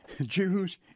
Jews